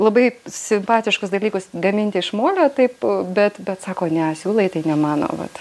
labai simpatiškus dalykus gaminti iš molio taip bet bet sako ne siūlai tai ne mano vat